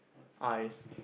eyes